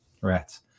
rats